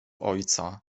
ojca